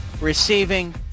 receiving